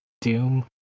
Doom